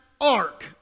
ark